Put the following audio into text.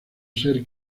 ser